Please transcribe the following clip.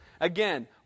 Again